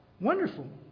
Wonderful